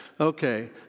okay